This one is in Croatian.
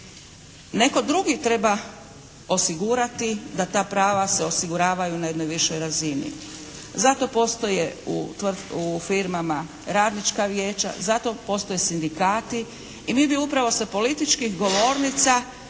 Netko drugi treba osigurati da ta prava se osiguravaju na jednoj višoj razini. Za to postoje u firmama radnička vijeća, za to postoje sindikati i mi bi upravo sa političkih govornica trebali